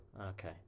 Okay